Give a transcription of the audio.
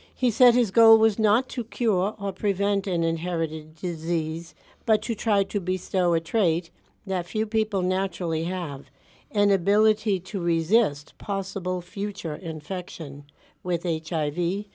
he said his goal was not to cure or prevent an inherited disease but to try to be stoic trait that few people naturally have an ability to resist possible future infection with h